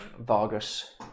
Vargas